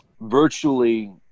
virtually